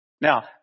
Now